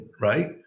Right